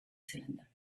cylinder